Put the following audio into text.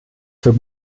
zur